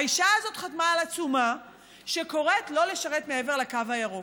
האישה הזאת חתמה על עצומה שקוראת לא לשרת מעבר לקו הירוק.